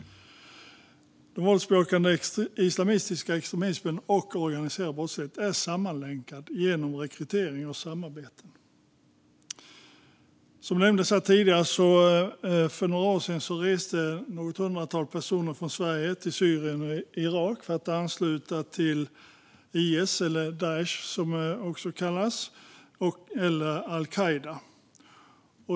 Våldsbejakande islamistisk extremism och organiserad brottslighet är sammanlänkade genom rekrytering och samarbeten. Som nämndes tidigare reste för några år sedan ett hundratal personer från Sverige till Syrien och Irak för att ansluta sig till IS, eller Daish som det också kallas, eller till al-Qaida.